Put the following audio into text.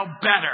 better